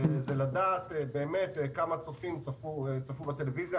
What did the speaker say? זה לדעת באמת כמה צופים צפו בטלוויזיה,